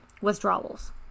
withdrawals